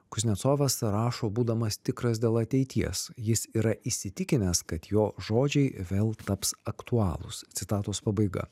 kuznecovas rašo būdamas tikras dėl ateities jis yra įsitikinęs kad jo žodžiai vėl taps aktualūs citatos pabaiga